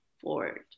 forward